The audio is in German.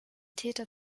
täter